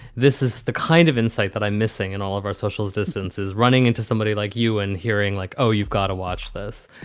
this is the kind of insight that i'm missing. and all of our social distance is running into somebody like you and hearing like, oh, you've got to watch this.